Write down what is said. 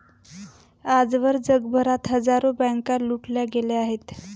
आजवर जगभरात हजारो बँका लुटल्या गेल्या आहेत